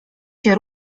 się